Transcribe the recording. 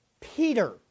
Peter